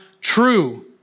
true